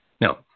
Now